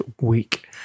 week